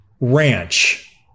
Ranch